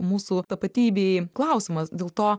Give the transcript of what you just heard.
mūsų tapatybei klausimas dėl to